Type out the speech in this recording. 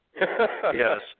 Yes